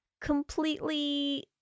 completely